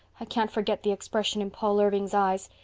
i can't forget the expression in paul irving's eyes.